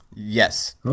Yes